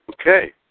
Okay